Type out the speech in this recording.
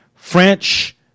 French